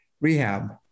rehab